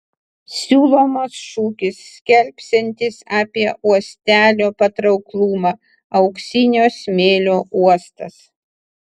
siūlomas šūkis skelbsiantis apie uostelio patrauklumą auksinio smėlio uostas